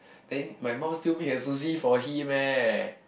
then my mum still make a sushi for him eh